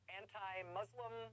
anti-Muslim